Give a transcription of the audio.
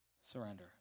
surrender